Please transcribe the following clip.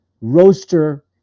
roaster